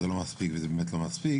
שזה לא מספיק וזה באמת לא מספיק,